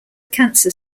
cancer